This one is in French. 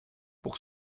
pour